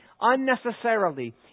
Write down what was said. unnecessarily